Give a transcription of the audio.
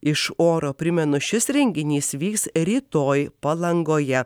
iš oro primenu šis renginys vyks rytoj palangoje